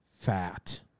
fat